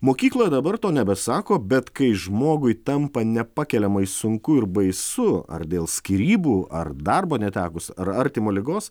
mokykloje dabar to nebesako bet kai žmogui tampa nepakeliamai sunku ir baisu ar dėl skyrybų ar darbo netekus ar artimo ligos